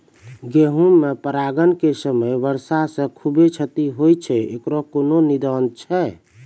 गेहूँ मे परागण के समय वर्षा से खुबे क्षति होय छैय इकरो कोनो निदान छै?